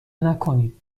نکنید